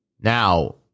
Now